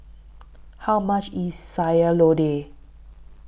How much IS Sayur Lodeh